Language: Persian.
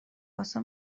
واسه